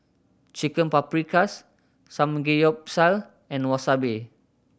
Chicken Paprikas Samgeyopsal and Wasabi